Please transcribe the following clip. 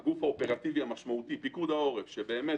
הגוף האופרטיבי המשמעותי פיקוד העורף שבאמת